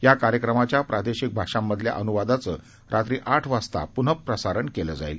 या कार्यक्रमाच्या प्रादेशिक भाषांमधल्या अनुवादाचं रात्री आठ वाजता पुनःप्रसारण केलं जाईल